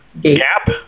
gap